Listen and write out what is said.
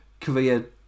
career